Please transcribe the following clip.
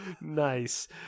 Nice